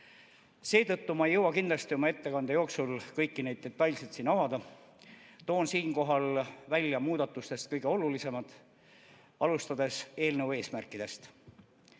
Seetõttu ma ei jõua kindlasti oma ettekande jooksul kõiki neid detailselt avada. Toon siinkohal välja muudatustest kõige olulisemad, alustades eelnõu eesmärkidest.